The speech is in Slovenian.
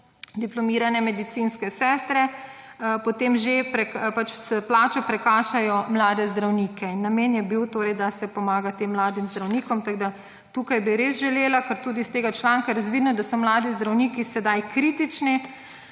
diplomirane medicinske sestre potem že pač s plačo prekašajo mlade zdravnike. In namen je bil torej, da se pomaga tem mladim zdravnikom. Tako da tukaj bi res želela, kar je tudi iz tega članka razvidno, da so mladi zdravniki sedaj kritični.